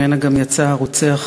ממנה גם יצא הרוצח